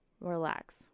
relax